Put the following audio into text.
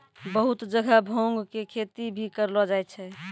बहुत जगह भांग के खेती भी करलो जाय छै